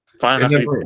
Fine